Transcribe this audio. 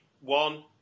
one